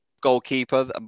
Goalkeeper